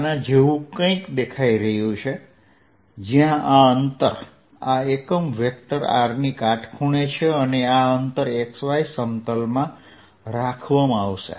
આના જેવું કંઈક દેખાઈ રહ્યું છે જ્યાં આ અંતર આ એકમ વેક્ટર r ની કાટખૂણે છે અને આ અંતર x y સમતલમાં રાખવામાં આવશે